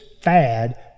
fad